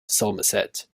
somerset